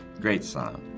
great song.